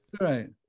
Right